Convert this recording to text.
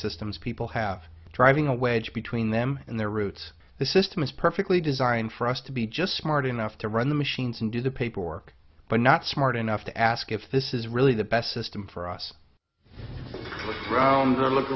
systems people have driving a wedge between them and their roots the system is perfectly designed for us to be just smart enough to run the machines and do the paperwork but not smart enough to ask if this is really the best system for us fro